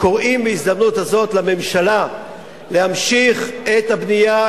קוראים בהזדמנות זאת לממשלה להמשיך את הבנייה,